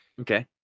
Okay